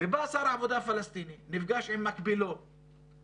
ובא שר העבודה הפלסטיני, נפגש עם מקבילו הישראלי